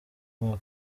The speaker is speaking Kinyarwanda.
mwaka